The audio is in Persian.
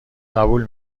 قبول